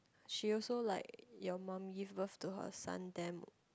she also like your mum give birth to her son damn